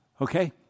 okay